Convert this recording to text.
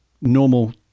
normal